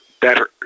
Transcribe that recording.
better